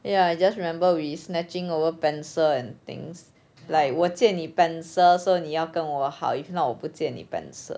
ya I just remember we snatching over pencil and things like 我借你 pencil so 你要跟我好 if not 我不借你 pencil